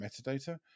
metadata